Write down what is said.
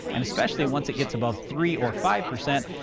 and especially once it gets above three or five percent,